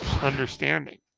understanding